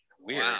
Weird